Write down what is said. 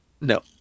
No